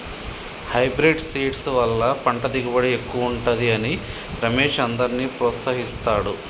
hybrid seeds వల్ల పంట దిగుబడి ఎక్కువుంటది అని రమేష్ అందర్నీ ప్రోత్సహిస్తాడు